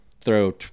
throw